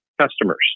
customers